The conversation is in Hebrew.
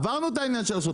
עברנו את העניין הזה,